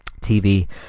tv